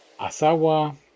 Asawa